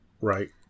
right